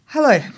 Hello